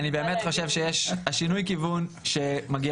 אני באמת חושב ששינוי הכיוון שמגיע